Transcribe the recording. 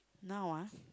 now ah